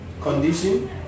condition